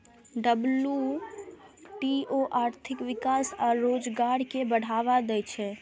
WTO आर्थिक विकास आ रोजगार कें बढ़ावा दै छै